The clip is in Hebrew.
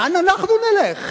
לאן אנחנו נלך?